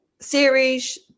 series